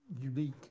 unique